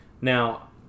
now